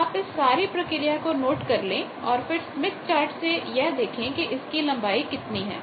आप इस सारी प्रक्रिया को नोट कर लें और फिर स्मिथ चार्ट से यह देखें कि इसकी लंबाई कितनी है